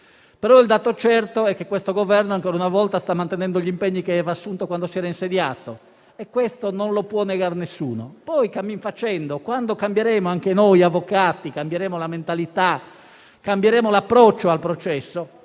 certo, però, è che questo Governo, ancora una volta, sta mantenendo gli impegni che aveva assunto quando si era insediato e questo non lo può negar nessuno. Poi, cammin facendo, quando cambieremo, anche noi avvocati, la mentalità e l'approccio al processo,